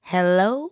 Hello